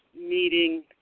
meeting